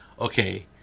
Okay